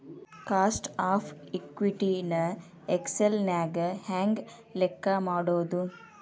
Cost of equity ನ Excel ನ್ಯಾಗ ಹೆಂಗ್ ಲೆಕ್ಕಾ ಮಾಡೊದು?